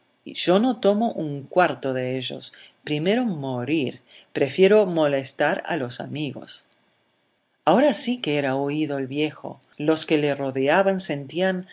dinero yo no tomo un cuarto de ellos primero morir prefiero molestar a los amigos ahora sí que era oído el viejo los que le rodeaban sentían